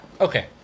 Okay